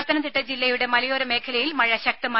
പത്തനംതിട്ട ജില്ലയുടെ മലയോര മേഖലയിൽ മഴ ശക്തമായി